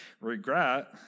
regret